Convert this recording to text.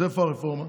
אז איפה הרפורמה?